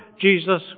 Jesus